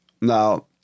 Now